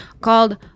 called